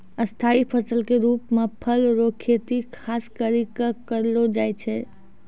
स्थाई फसल के रुप मे फल रो खेती खास करि कै करलो जाय छै